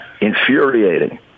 infuriating